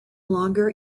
longer